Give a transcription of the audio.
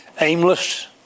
Aimless